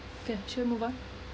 can sure move on